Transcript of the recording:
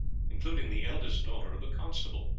including the eldest daughter of the constable.